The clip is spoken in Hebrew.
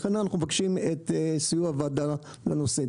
לכן אנחנו מבקשים את סיוע הוועדה בנושא.